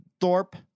Thorpe